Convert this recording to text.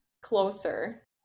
closer